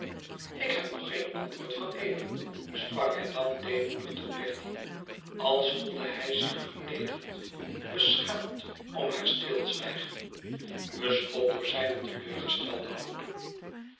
ik heb nog geen antwoord van eve sprak hij dan deêmoedig tot bertie als voelde hij zich vernederd beschaamd om haar stilzwijgen bespot door zijne teleurgestelde hoop